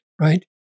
right